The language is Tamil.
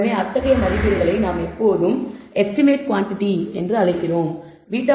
எனவே அத்தகைய மதிப்பீடுகளை நாம் எப்போதும் எஸ்டிமேடட் குவாண்டிடி என்று குறிக்கிறோம்